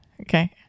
Okay